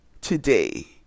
Today